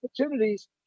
opportunities